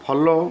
follow